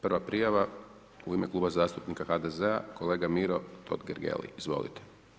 Prva prijava u ime Kluba zastupnika HDZ-a kolega Miro Totgergeli, izvolite.